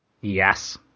Yes